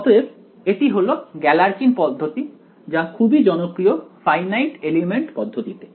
অতএব এটি হলো গ্যালারকিন পদ্ধতি যা খুবই জনপ্রিয় ফাইনাইট এলিমেন্ট পদ্ধতিতে